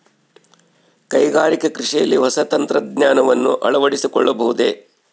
ಕೈಗಾರಿಕಾ ಕೃಷಿಯಲ್ಲಿ ಹೊಸ ತಂತ್ರಜ್ಞಾನವನ್ನ ಅಳವಡಿಸಿಕೊಳ್ಳಬಹುದೇ?